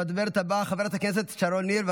הדוברת הבאה, חברת הכנסת שרון ניר.